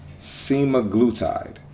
semaglutide